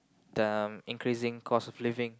the increasing cost of living